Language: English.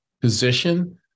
position